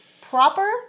proper